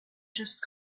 just